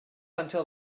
until